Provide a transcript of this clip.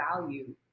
value